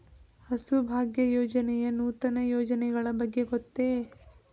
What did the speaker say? ಹಸುಭಾಗ್ಯ ಯೋಜನೆಯ ನೂತನ ಯೋಜನೆಗಳ ಬಗ್ಗೆ ಗೊತ್ತೇ?